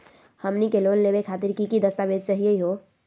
हमनी के लोन लेवे खातीर की की दस्तावेज चाहीयो हो?